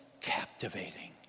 captivating